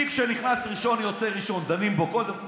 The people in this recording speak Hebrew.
תיק שנכנס ראשון, יוצא ראשון, דנים בו קודם כול,